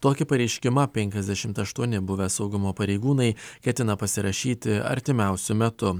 tokį pareiškimą penkiasdešimt aštuoni buvę saugumo pareigūnai ketina pasirašyti artimiausiu metu